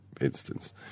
instance